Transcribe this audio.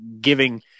giving